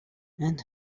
and